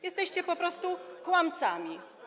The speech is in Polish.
Jesteście po prostu kłamcami.